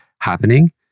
happening